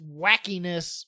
wackiness